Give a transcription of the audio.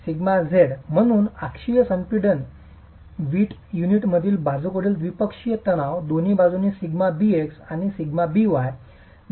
σz म्हणून अक्षीय संपीडन वीट युनिट मधील बाजूकडील द्विपक्षीय तणाव दोन बाजूंनी σbx आणि σby